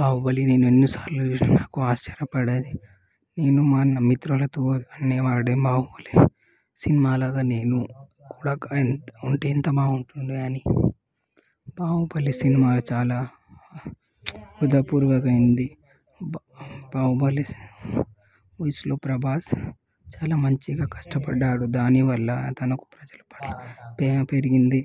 బాహుబలి నేను ఎన్నిసార్లు చూశాను నాకు ఆశ్చర్యపడేది నేను మా అన్న మిత్రులతో అన్ని వాడి మామూలే సినిమాలోగా నేను కూడా ఉంటే ఎంత బాగుంటుందో అని బాహుబలి సినిమా చాలా హృదయపూర్వకమైంది బాహుబలి వయసులో ప్రభాస్ చాలా మంచిగా కష్టపడ్డాడు దానివల్ల తనకు ప్రజలు పట్ల ప్రేమ పెరిగింది